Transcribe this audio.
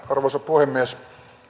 arvoisa puhemies